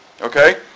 okay